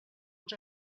ens